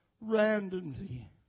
randomly